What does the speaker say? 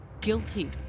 guilty